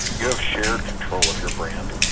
you have shared control of your brand,